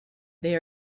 they